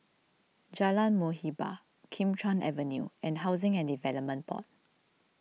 Jalan Muhibbah Kim Chuan Avenue and Housing and Development Board